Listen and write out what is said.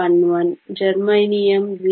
11 germanium 0